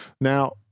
now